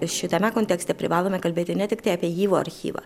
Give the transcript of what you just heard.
šitame kontekste privalome kalbėti ne tiktai apie jivo archyvą